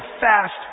fast